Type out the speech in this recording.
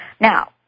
Now